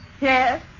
Yes